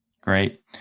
Great